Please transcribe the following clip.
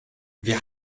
wir